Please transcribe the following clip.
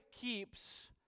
keeps